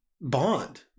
bond